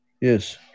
Yes